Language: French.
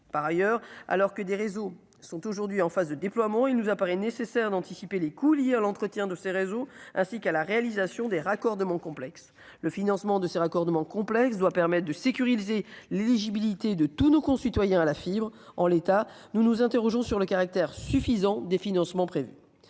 par ailleurs, alors que des réseaux sont aujourd'hui en phase de déploiement, il nous apparaît nécessaire d'anticiper les coûts liés à l'entretien de ces réseaux, ainsi qu'à la réalisation des raccordements complexe. Le financement de ces raccordements complexe doit permettre de sécuriser l'éligibilité de tous nos concitoyens à la fibre en l'état, nous nous interrogeons sur le caractère suffisant des financements prévus,